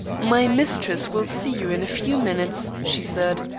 my mistress will see you in a few minutes, she said.